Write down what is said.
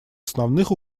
основных